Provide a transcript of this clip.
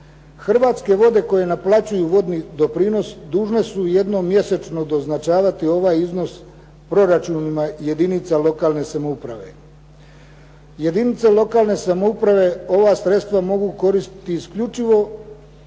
Hrvatske vode koje naplaćuju vodni doprinos dužne su jednom mjesečno doznačavati ovaj iznos proračunima jedinica lokalne samouprave. Jedinice lokalne samouprave ova sredstva mogu koristiti isključivo